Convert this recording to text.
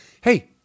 hey